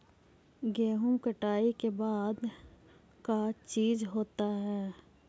गेहूं कटाई के बाद का चीज होता है?